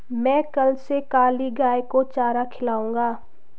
मैं कल से काली गाय को चारा खिलाऊंगा